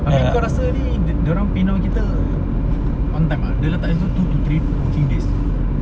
tapi engkau rasa ni di~ dia orang peno~ kita on time ah dia letak situ two to three days